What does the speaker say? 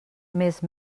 més